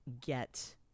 get